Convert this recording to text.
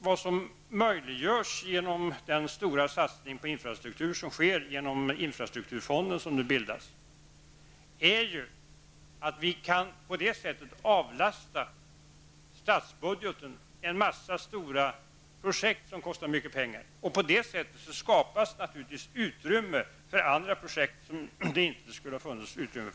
Vad som möjliggörs genom den stora satsning på infrastruktur som sker genom den infrastrukturfond som nu bildas är att vi på det sättet kan i detta sammanhang avlasta statsbudgeten stora projekt, som kostar mycket pengar. Härigenom skapas naturligtvis utrymme för andra projekt, som det annars inte skulle ha funnits medel till.